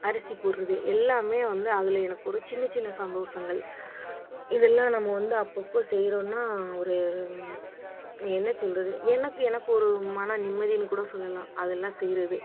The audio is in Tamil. அரிசி போடுறது எல்லாம் வந்து அதில் எனக்கு ஒரு சின்ன சின்ன சந்தோஷங்கள் இதெல்லாம் நம்ம வந்து அப்பப்போ செய்கிறோனா ஒரு நான் என்ன சொல்கிறது எனக்கு எனக்கு ஒரு மன நிம்மதின்னு கூட சொல்லலாம் அதெல்லாம் செய்கிறது